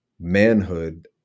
manhood